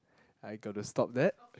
I got to stop that